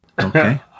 Okay